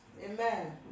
Amen